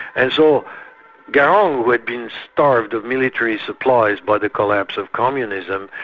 and so garang who had been starved of military supplies by the collapse of communism,